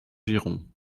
girons